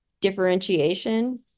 differentiation